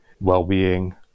well-being